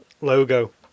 logo